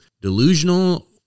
delusional